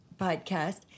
podcast